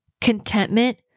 contentment